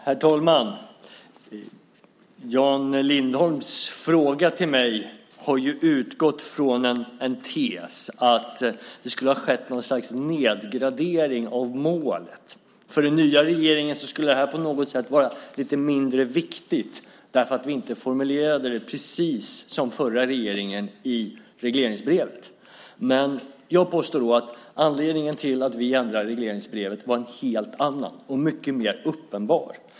Herr talman! Utgångspunkten för Jan Lindholms fråga är en tes om att det skett något slags nedgradering av målet. För den nya regeringen skulle det här på något sätt vara lite mindre viktigt därför att vi inte formulerat det precis som den förra regeringen i regleringsbrevet. Jag påstår att anledningen till att vi ändrat i regleringsbrevet är en helt annan och någonting mycket mer uppenbart.